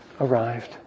arrived